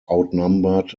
outnumbered